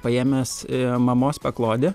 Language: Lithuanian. paėmęs mamos paklodę